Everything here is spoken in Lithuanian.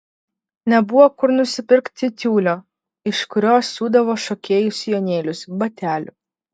nebuvo kur nusipirkti tiulio iš kurio siūdavo šokėjų sijonėlius batelių